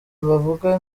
bavuga